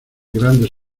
grandes